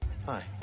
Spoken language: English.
Hi